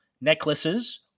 necklaces